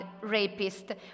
rapist